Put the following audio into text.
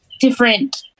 different